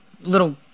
little